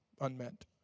unmet